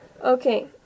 Okay